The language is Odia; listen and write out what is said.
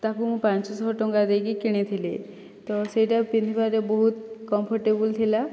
ତାକୁ ମୁଁ ପାଞ୍ଚ ଶହ ଟଙ୍କା ଦେଇକି କିଣିଥିଲି ତ ସେଇଟା ପିନ୍ଧିବାରେ ବହୁତ କମ୍ଫର୍ଟେବଲ ଥିଲା